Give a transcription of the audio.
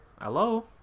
Hello